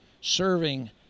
serving